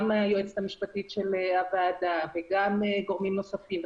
גם היועצת המשפטית של הוועדה וגם גורמים נוספים,